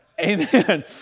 Amen